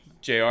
Jr